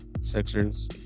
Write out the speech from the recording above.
Sixers